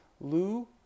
Lou